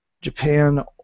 Japan